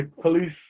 police